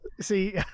see